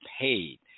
paid